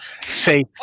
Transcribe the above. say